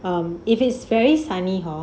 um if it's very sunny hor